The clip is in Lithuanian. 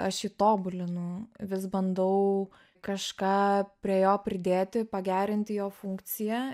aš jį tobulinu vis bandau kažką prie jo pridėti pagerinti jo funkciją